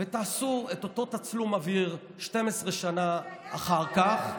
ותעשו את אותו תצלום אוויר 12 שנה אחר כך.